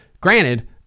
granted